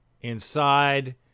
inside